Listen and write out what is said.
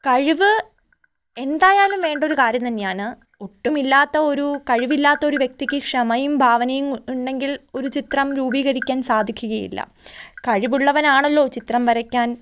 കഴിവ് എന്തായാലും വേണ്ടൊരു കാര്യം തന്നെയാണ് ഒട്ടുമില്ലാത്ത ഒരു കഴിവില്ലാത്ത ഒരു വ്യക്തിക്ക് ക്ഷമയും ഭാവനയും ഇണ്ടെങ്കിൽ ഒരു ചിത്രം രൂപീകരിക്കാൻ സാധിക്കുകയില്ല കഴിവുള്ളവനാണല്ലോ ചിത്രം വരയ്ക്കാൻ